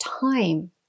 time